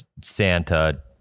Santa